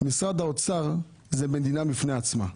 משרד האוצר הוא מדינה בפני עצמה.